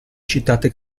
citate